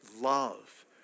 love